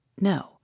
no